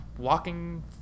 Walking